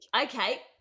Okay